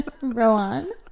Rowan